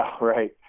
Right